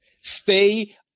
stay